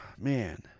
man